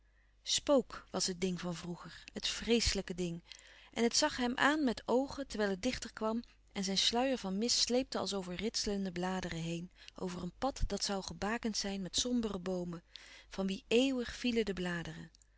spook was het ding van vroeger het vreeslijke ding en het zag hem aan met oogen terwijl het dichter kwam en zijn sluier van mist sleepte als over ritselende bladeren heen over een pad dat zoû gebakend zijn met sombere louis couperus van oude menschen de dingen die voorbij gaan boomen van wie éeuwig vielen de bladeren